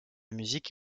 musique